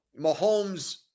Mahomes